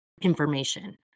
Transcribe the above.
information